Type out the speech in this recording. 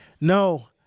No